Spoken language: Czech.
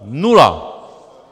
Nula!